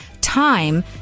time